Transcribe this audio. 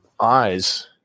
eyes